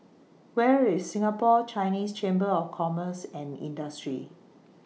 Where IS Singapore Chinese Chamber of Commerce and Industry